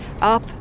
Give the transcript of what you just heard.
up